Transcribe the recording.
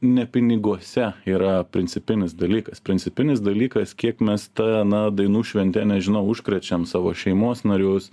ne piniguose yra principinis dalykas principinis dalykas kiek mes ta na dainų švente nežinau užkrečiam savo šeimos narius